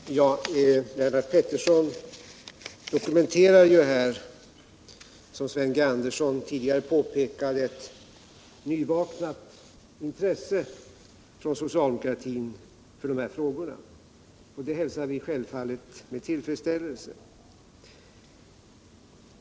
Herr talman! Lennart Pettersson dokumenterar — såsom också Sven G. Andersson påpekade tidigare — ett nyvaknat intresse för dessa frågor från socialdemokratiskt håll. Det hälsar vi självfallet med tillfredsställelse.